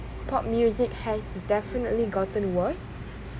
pop music has definitely gotten worse